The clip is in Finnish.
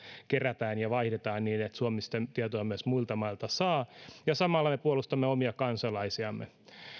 kerätään ja vaihdetaan niin että suomi sitten tietoa myös muilta mailta saa ja että samalla me puolustamme omia kansalaisiamme